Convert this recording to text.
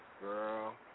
Girl